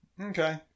Okay